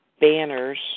banners